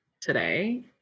today